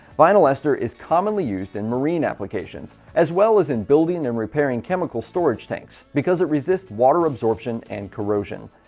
vinyl ester is commonly used in marine applications as well as in building and repairing chemical storage tanks because it resists water absorption and corrosion.